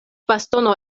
bastono